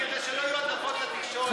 כדי שלא יהיו הדלפות לתקשורת מהוועדה.